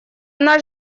наш